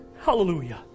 hallelujah